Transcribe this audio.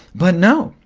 but no,